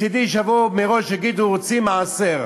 מצדי שיבואו מראש, יגידו: רוצים מעשר.